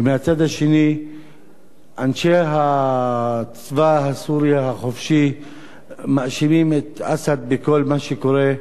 ומהצד השני אנשי צבא סוריה החופשית מאשימים את אסד בכל מה שקורה.